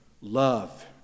Love